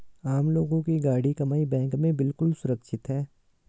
आम लोगों की गाढ़ी कमाई बैंक में बिल्कुल सुरक्षित है